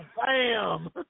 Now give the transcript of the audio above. Bam